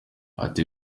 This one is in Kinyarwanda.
ati